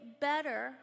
better